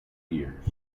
years